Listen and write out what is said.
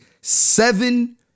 seven